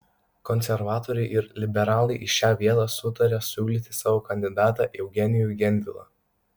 konservatoriai ir liberalai į šią vietą sutarė siūlyti savo kandidatą eugenijų gentvilą